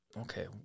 Okay